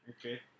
Okay